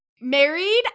married